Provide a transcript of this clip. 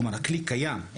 כלומר הכלי קיים,